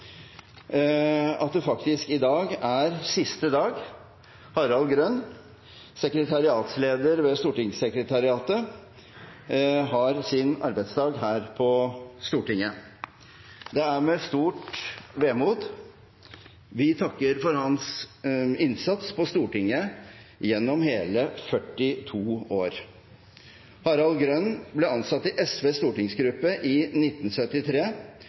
at det faktisk i dag er siste gang Harald Grønn, sekretariatsleder ved stortingssekretariatet, har sin arbeidsdag her på Stortinget. Det er med stort vemod vi takker for hans innsats på Stortinget gjennom hele 42 år. Harald Grønn ble ansatt i SVs stortingsgruppe i 1973,